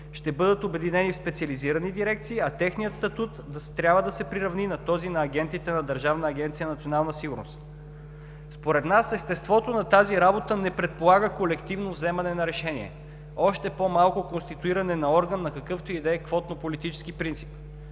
ще бъдат обединени в специализирани дирекции, а техният статут трябва да се приравни на този на агентите на Държавна агенция „Национална сигурност“. Според нас естеството на тази работа не предполага колективно взимане на решение, още по-малко конституиране на орган, на какъвто и да е квотно политически принцип.